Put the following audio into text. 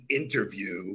interview